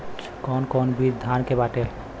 कौन कौन बिज धान के बाटे?